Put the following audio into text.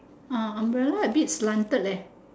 ah umbrella a bit slanted leh